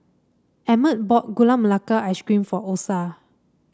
Emmett bought Gula Melaka Ice Cream for Osa